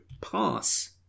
Pass